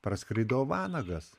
praskrido vanagas